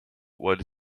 while